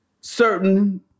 certain